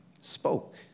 spoke